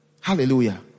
Hallelujah